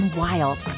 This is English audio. wild